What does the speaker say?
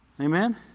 Amen